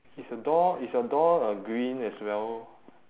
is a door is your door uh green as well